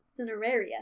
Cineraria